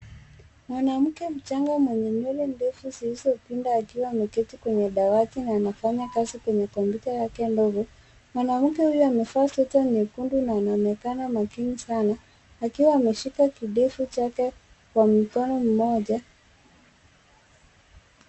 Mwanamke mchanga mwenye nywele ndefu zilizopinda akiwa ameketi kwenye dawati na anafanya kazi kwenye kompyuta yake ndogo. Mwanamke huyu amevaa sweta nyekundu na anaonekana makini sana akiwa ameshika kindevu chake kwa mkono mmoja.